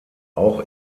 auch